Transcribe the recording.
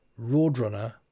Roadrunner